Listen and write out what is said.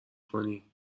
کنی